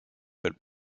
but